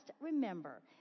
remember